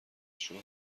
شوهر